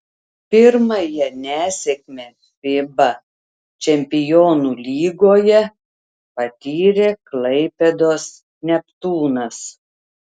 pirmąją nesėkmę fiba čempionų lygoje patyrė klaipėdos neptūnas